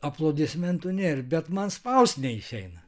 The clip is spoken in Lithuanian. aplodismentų nėr bet man spaust neišeina